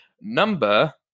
Number